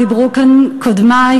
ודיברו כאן קודמי,